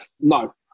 No